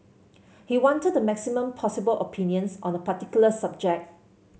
he wanted the maximum possible opinions on a particular subject